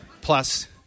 Plus